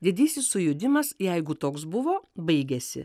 didysis sujudimas jeigu toks buvo baigėsi